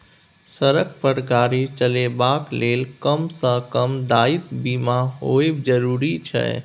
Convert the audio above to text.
सड़क पर गाड़ी चलेबाक लेल कम सँ कम दायित्व बीमा होएब जरुरी छै